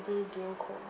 during COVID